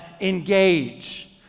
engage